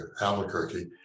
Albuquerque